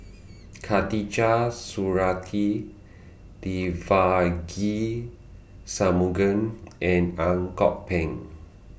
Khatijah Surattee Devagi Sanmugam and Ang Kok Peng